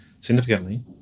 significantly